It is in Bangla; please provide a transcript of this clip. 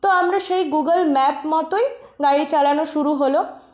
তো আমরা সেই গুগল ম্যাপ মতোই গাড়ি চালানো শুরু হলো